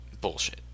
Bullshit